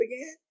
again